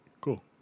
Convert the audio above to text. Cool